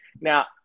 now